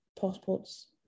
passports